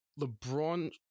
LeBron